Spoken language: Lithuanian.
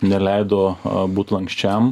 neleido būt lanksčiam